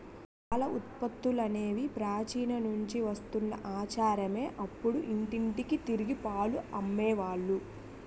పాల ఉత్పత్తులనేవి ప్రాచీన నుంచి వస్తున్న ఆచారమే అప్పుడు ఇంటింటికి తిరిగి పాలు అమ్మే వాళ్ళు